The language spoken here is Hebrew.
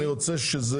אני רוצה שזה